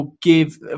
give